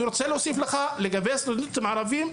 אני רוצה להוסיף לגבי הסטודנטים הערבים,